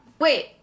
wait